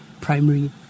primary